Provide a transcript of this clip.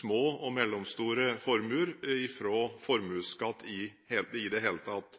små og mellomstore formuer fra formuesskatt i det hele tatt.